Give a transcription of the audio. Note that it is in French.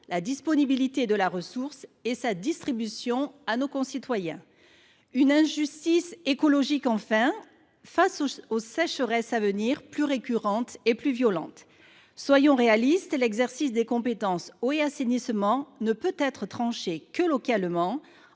la disponibilité de la ressource et sa distribution à nos concitoyens. La troisième injustice, enfin, est écologique, face aux sécheresses à venir, plus récurrentes et plus violentes. Soyons réalistes : l’échelon d’exercice des compétences « eau » et « assainissement » ne peut être tranché que localement,